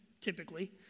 typically